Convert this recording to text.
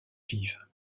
vive